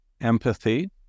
empathy